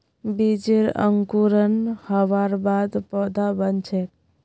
बीजेर अंकुरण हबार बाद पौधा बन छेक